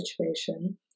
situation